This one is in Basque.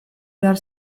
behar